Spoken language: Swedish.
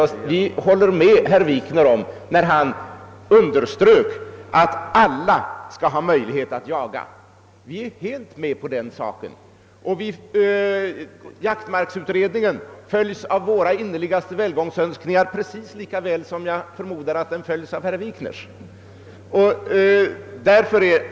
Jag håller med herr Wikner när han understryker, att alla bör ha möjlighet att jaga. Jaktmarksutredningen följs av våra innerligaste välgångsönskningar från Jägareförbundet, precis som jag förmodar att den följs av herr Wikners.